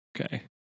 Okay